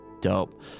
Dope